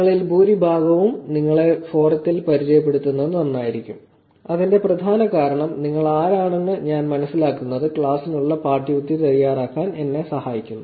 നിങ്ങളിൽ ഭൂരിഭാഗവും നിങ്ങളെ ഫോറത്തിൽ പരിചയപ്പെടുത്തുന്നത് നന്നായിരിക്കും അതിന്റെ പ്രധാന കാരണം നിങ്ങൾ ആരാണെന്ന് ഞാൻ മനസ്സിലാക്കുന്നത ക്ലാസ്സിനുള്ള പാഠ്യപദ്ധതി തയ്യാറാക്കാൻ എന്നെ സഹായിക്കുന്നു